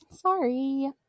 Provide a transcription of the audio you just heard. sorry